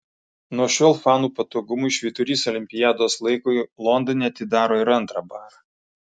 nuo šiol fanų patogumui švyturys olimpiados laikui londone atidaro ir antrą barą